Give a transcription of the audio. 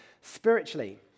spiritually